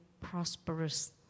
prosperous